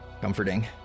Comforting